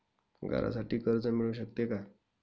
घरासाठी कर्ज मिळू शकते का?